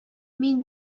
мин